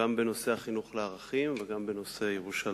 גם בנושא החינוך לערכים וגם בנושא ירושלים.